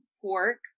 pork